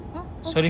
uh oh